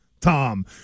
Tom